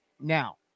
Now